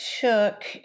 took